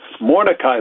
Mordecai